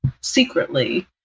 secretly